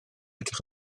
edrych